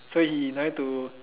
so he no need to